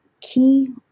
key